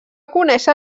conèixer